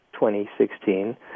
2016